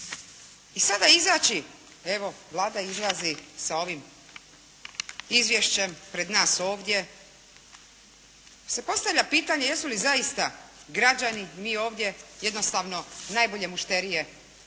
I sada izaći, evo Vlada izlazi sa ovim izvješćem pred nas ovdje se postavlja pitanje jesu li zaista građani, mi ovdje jednostavno najbolje mušterije